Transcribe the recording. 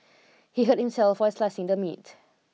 he hurt himself while slicing the meat